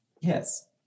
Yes